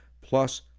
plus